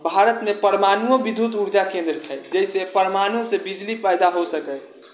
भारतमे परमाणुओ विद्युत ऊर्जा केन्द्र छै जाहिसँ परमाणुसँ बिजली पैदा हो सकै